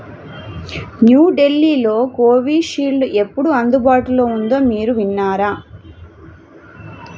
new ఢిల్లీలో Covishield ఎప్పుడు అందుబాటులో ఉందో మీరు విన్నారా